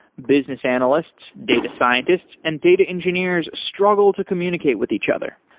business analysts, data scientists and data engineers struggle to communicate with each other.